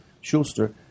Schuster